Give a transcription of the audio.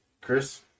chris